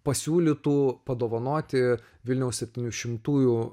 pasiūlytų padovanoti vilniaus septynišimtųjų